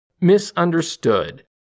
misunderstood